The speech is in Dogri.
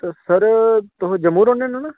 सरतुस जम्मू रौह्न्ने हुन्ने ना